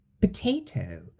potato